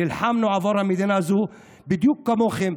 נלחמנו עבור המדינה הזו בדיוק כמוכם,